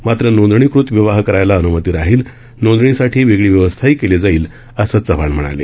मात्र नोंदणीकृत विवाह करायला अन्मती राहील नोंदणीसाठी वेगळी व्यवस्थाही केली जाईल असं चव्हाण म्हणाले